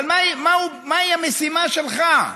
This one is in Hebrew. אבל מהי המשימה שלך?